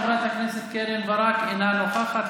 חברת הכנסת קרן ברק אינה נוכחת,